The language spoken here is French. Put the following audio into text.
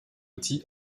outil